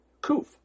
kuf